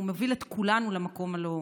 והוא מוביל את כולנו למקום הלא-נכון.